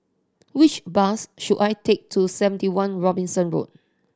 which bus should I take to Seventy One Robinson Road